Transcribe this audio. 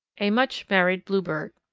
a much-married bluebird.